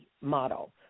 model